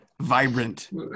vibrant